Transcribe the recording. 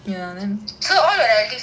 so all your relatives in malaysia